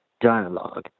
dialogue